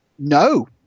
No